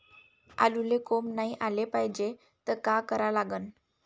आलूले कोंब नाई याले पायजे त का करा लागन?